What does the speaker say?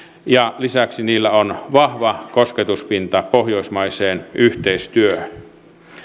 ja lisäksi niillä on vahva kosketuspinta pohjoismaiseen yhteistyöhön